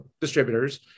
distributors